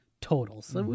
totals